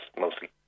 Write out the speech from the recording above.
mostly